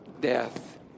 death